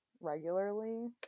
regularly